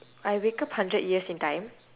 I wake up hundred years in time